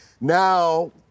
now